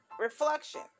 reflection